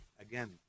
Again